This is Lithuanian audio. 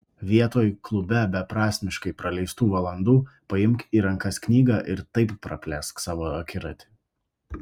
vietoj klube beprasmiškai praleistų valandų paimk į rankas knygą ir taip praplėsk savo akiratį